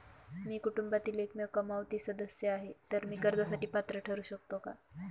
मी कुटुंबातील एकमेव कमावती सदस्य आहे, तर मी कर्जासाठी पात्र ठरु शकतो का?